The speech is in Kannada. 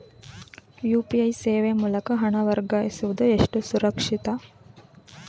ಯು.ಪಿ.ಐ ಸೇವೆ ಮೂಲಕ ಹಣ ವರ್ಗಾಯಿಸುವುದು ಎಷ್ಟು ಸುರಕ್ಷಿತ?